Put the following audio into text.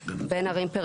מהדירות.